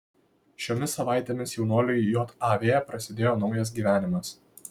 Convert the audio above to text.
šiomis savaitėmis jaunuoliui jav prasidėjo naujas gyvenimas